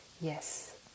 yes